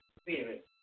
Spirit